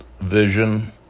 vision